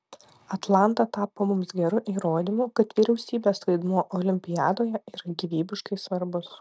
atlanta tapo mums geru įrodymu kad vyriausybės vaidmuo olimpiadoje yra gyvybiškai svarbus